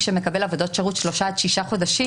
שמקבל עבודות שירות שלושה עד שישה חודשים,